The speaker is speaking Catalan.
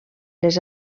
les